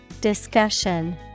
Discussion